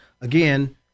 again